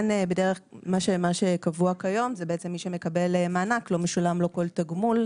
מה שקבוע כיום זה שמי שמקבל מענק לא משולם לו כל תגמול,